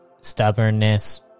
stubbornness